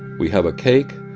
we have a cake,